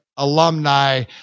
alumni